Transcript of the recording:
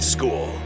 School